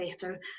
better